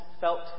felt